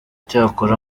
icyakora